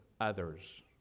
others